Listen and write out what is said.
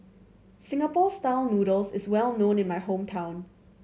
Singapore Style Noodles is well known in my hometown